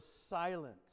silent